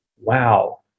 Wow